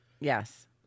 Yes